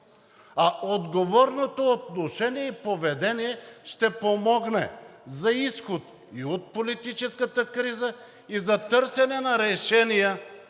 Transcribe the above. А отговорното отношение и поведение ще помогне за изход и от политическата криза, и за търсене на решения